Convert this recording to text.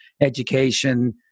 education